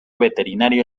veterinario